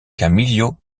camillo